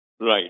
Right